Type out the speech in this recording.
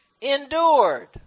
endured